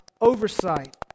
oversight